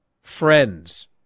friends